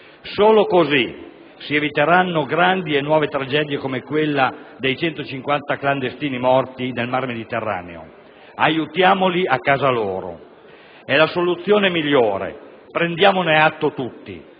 Solo così si eviteranno grandi e nuove tragedie come quella dei 150 clandestini morti nel Mediterraneo. Aiutiamoli a casa loro, è la soluzione migliore; prendiamone atto tutti.